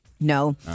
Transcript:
No